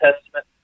Testament